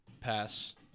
pass –